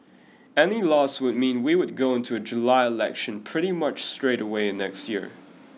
any loss would mean we could go into a July election pretty much straight away next year